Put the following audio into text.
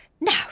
Now